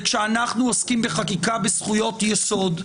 וכשאנחנו עוסקים בחקיקה בזכויות יסוד,